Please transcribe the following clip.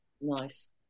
nice